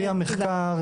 לפי המחקר,